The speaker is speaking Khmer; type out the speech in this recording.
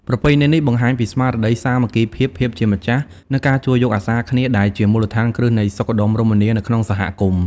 ប្រពៃណីនេះបង្ហាញពីស្មារតីសាមគ្គីភាព ភាពជាម្ចាស់ និងការជួយយកអាសារគ្នា ដែលជាមូលដ្ឋានគ្រឹះនៃសុខដុមរមនានៅក្នុងសហគមន៍។